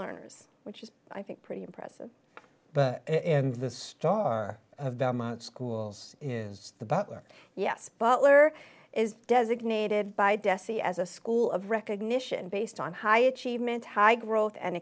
learners which is i think pretty impressive but in the star of the schools is the butler yes butler is designated by dessie as a school of recognition based on high achievement high growth and